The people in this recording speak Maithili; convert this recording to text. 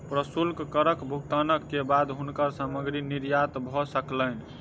प्रशुल्क करक भुगतान के बाद हुनकर सामग्री निर्यात भ सकलैन